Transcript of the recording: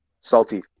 Salty